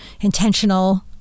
intentional